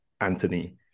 Anthony